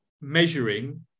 measuring